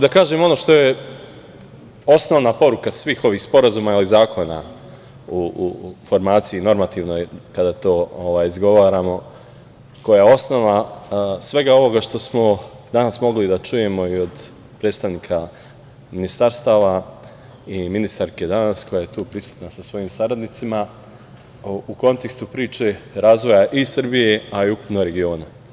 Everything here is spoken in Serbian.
Da kažem ono što je osnovna poruka svih ovih sporazuma ili zakona u formaciji normativnoj kada to izgovaramo, koja je osnova svega ovoga što smo danas mogli da čujemo i od predstavnika ministarstava i ministarke danas koja je tu prisutna sa svojim saradnicima, u kontekstu priče razvoja i Srbije, a i ukupno regiona.